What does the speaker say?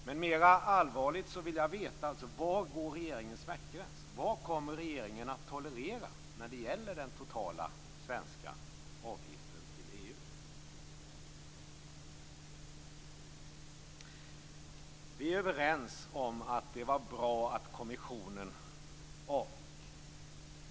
Men mer allvarligt vill jag veta: Var går regeringens smärtgräns? Vad kommer regeringen att tolerera när det gäller den totala svenska avgiften till EU? Vi är överens om att det var bra att kommissionen avgick.